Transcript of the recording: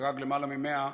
חגג למעלה מ-100,